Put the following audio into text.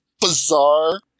bizarre